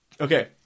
Okay